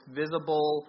visible